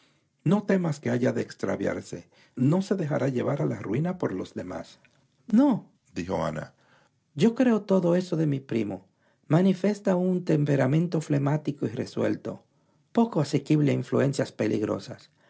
no temas que haya de extraviarse no se dejará llevar a la ruina por los demás nodijo ana yo creo todo eso de mi primo manifiesta un temperamento flemático y resuelto poco asequible a influencias peligrosas